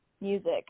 music